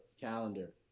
calendar